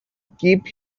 keep